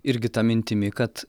irgi ta mintimi kad